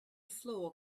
floor